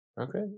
Okay